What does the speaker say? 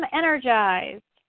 energized